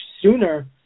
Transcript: sooner